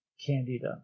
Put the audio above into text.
candida